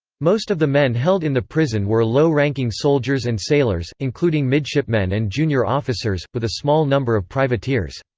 most of the men held in the prison were low-ranking soldiers and sailors, including midshipmen and junior officers, with a small number of privateers.